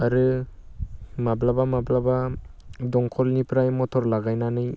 आरो माब्लाबा माब्लाबा दंखलनिफ्राय मथर लागायनानै